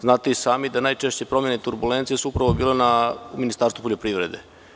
Znate i sami da najčešće promene su bile upravo u Ministarstvu poljoprivrede.